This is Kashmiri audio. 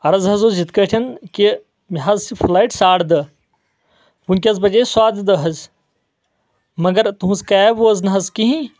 عرٕض حظ اوس یِتھ کٲٹھۍ کہِ مےٚ حظ چھِ فٕلایٹ ساڑٕ دہ ؤنکیٚس بجے سوادٕ دٔہ حظ مگر تُہٕنٛز کیب وٲژ نہٕ حظ کہیٖنۍ